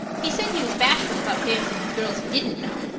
he said he was bashful about dancing with girls he didn't know!